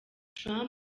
trump